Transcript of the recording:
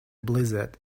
blizzard